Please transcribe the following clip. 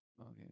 Okay